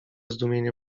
zdumienie